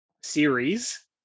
series